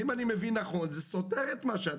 אם אני מבין נכון זה סותר את מה שאת